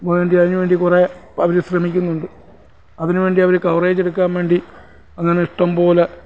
വേണ്ടി അതിനുവേണ്ടി കുറേ അവർ ശ്രമിക്കുന്നുണ്ട് അതിനുവേണ്ടി അവർ കവറേജെടുക്കാൻ വേണ്ടി അങ്ങനെയിഷ്ടംപോലെ